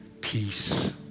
peace